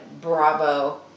Bravo